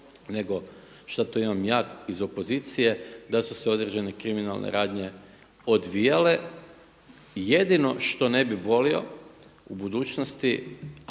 nego što to imam ja iz opozicije da su se određene kriminalne radnje odvijale. Jedino što ne bi volio u budućnosti